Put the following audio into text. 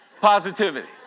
positivity